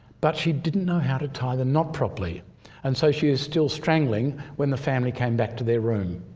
but she didn't know how to tie the knot properly and so she is still strangling when the family came back to their room.